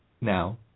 Now